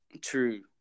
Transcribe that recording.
True